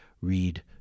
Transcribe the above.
read